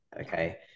okay